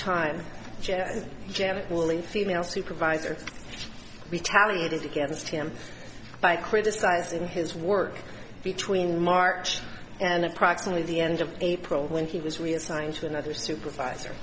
female supervisors retaliated against him by criticizing his work between march and approximately the end of april when he was reassigned to another supervisor